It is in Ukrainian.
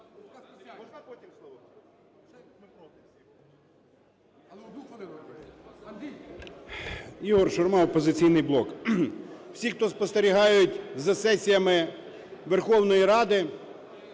Ігор Шурма "Опозиційний блок". Всі, хто спостерігають за сесіями Верховної Ради,